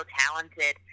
talented